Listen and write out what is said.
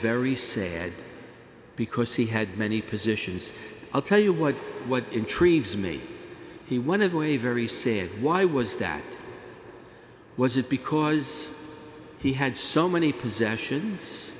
very sad because he had many positions i'll tell you what what intrigues me he one avoid very sad why was that was it because he had so many possessions